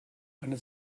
eine